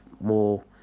More